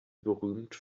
berühmt